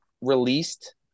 released